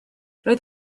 roedd